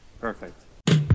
perfect